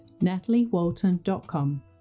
nataliewalton.com